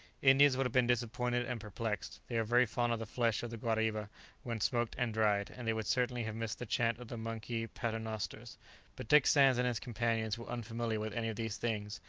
indians would have been disappointed and perplexed they are very fond of the flesh of the guariba when smoked and dried, and they would certainly have missed the chant of the monkey paternosters but dick sands and his companions were unfamiliar with any of these things,